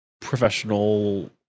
professional